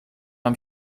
mam